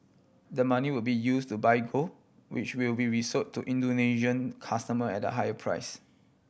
the money would be use to buy gold which will be resold to Indonesian customer at a higher price